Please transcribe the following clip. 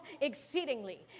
exceedingly